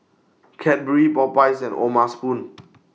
Cadbury Popeyes and O'ma Spoon